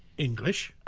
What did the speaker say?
english.